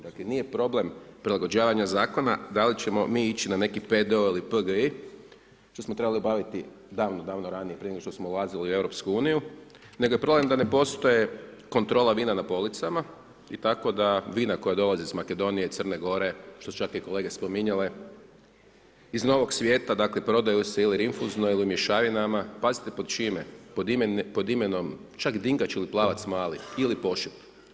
Dakle, nije problem prilagođavanje Zakona, da li ćemo mi ići na neki ... što smo trebali obaviti davno ranije, prije nego što smo ulazili u EU, nego je problem da ne postoje kontrola vina na policama i tako da vina koja dolaze iz Makedonije, Crne Gore, što su čak i kolege spominjale, iz novog svijeta, dakle prodaju se ili rinfuzno ili u mješavinama, pazite pod čime, pod imenom čak dingač ili plavac mali ili pošip.